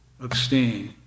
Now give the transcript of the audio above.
Abstain